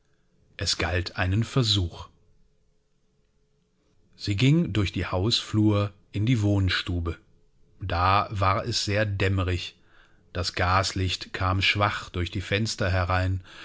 es galt einen versuch sie ging durch die hausflur in die wohnstube da war es sehr dämmerig das gaslicht kam schwach durch die fenster herein